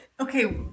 Okay